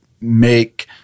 make –